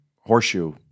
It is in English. horseshoe